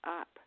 up